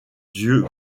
yeux